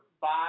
five